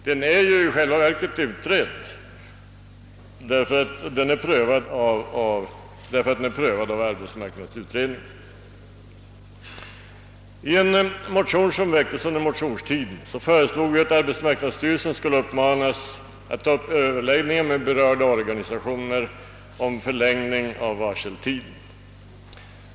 Den är ju i själva verket utredd; den är nämligen prövad av arbetsmarknadsutredningen. I en motion som väcktes under motionstiden föreslog vi att arbetsmarknadsstyrelsen skulle uppmanas att ta upp överläggningar med berörda organisationer om förlängning av varseltiden.